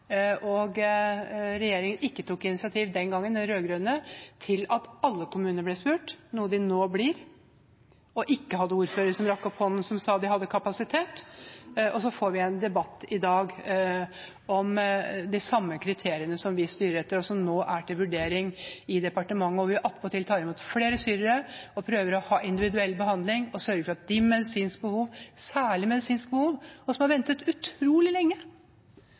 rød-grønne regjeringen tok den gangen ikke noe initiativ til at alle kommunene ble spurt – nå blir de det – og man fikk da ikke ordførere som rakk opp hånden og sa at de hadde kapasitet. Og i dag får vi altså en debatt om de samme kriteriene som vi styrer etter, og som nå er til vurdering i departementet. Vi tar til og med imot flere syrere og prøver å ha en individuell behandling og sørger for at de med særlige medisinske behov, og som har ventet utrolig lenge